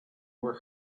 were